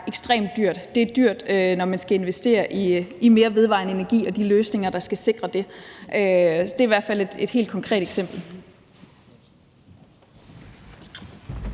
ekstremt dyrt. Det er dyrt, når man skal investere i mere vedvarende energi og de løsninger, der skal sikre det, så det er i hvert fald et helt konkret eksempel.